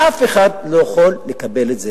אף אחד לא יכול לקבל את זה.